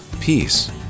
Peace